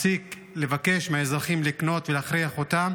להפסיק לבקש מאזרחים לקנות ולהכריח אותם,